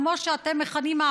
כמו שאתם מכנים אותו,